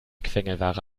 quengelware